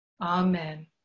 Amen